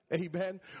Amen